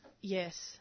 Yes